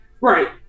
Right